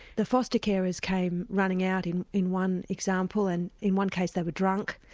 the foster-carers came running out in in one example, and in one case they were drunk,